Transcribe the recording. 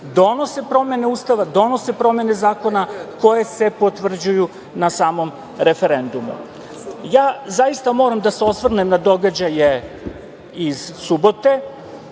donose promene Ustava, donose promene zakona koje se potvrđuju na samom referendumu. Ja zaista moram da se osvrnem na događaje iz subote